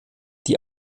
die